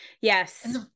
Yes